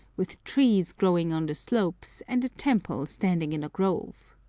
with trees growing on the slopes, and a temple standing in a grove.